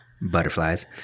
Butterflies